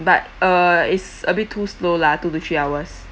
but uh is a bit too slow lah two to three hours